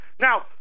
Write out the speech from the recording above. Now